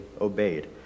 obeyed